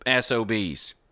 SOBs